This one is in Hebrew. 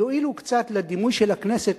יועילו קצת לדימוי של הכנסת,